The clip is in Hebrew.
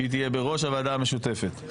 שהיא תהיה בראש הוועדה המשותפת,